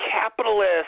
capitalist